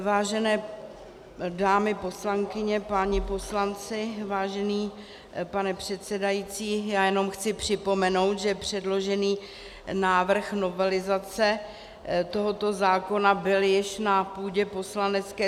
Vážené dámy poslankyně, páni poslanci, vážený pane předsedající, já jenom chci připomenout, že předložený návrh novelizace tohoto zákona byl již na půdě